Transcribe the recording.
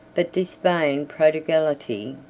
but this vain prodigality,